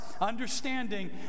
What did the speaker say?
understanding